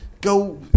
go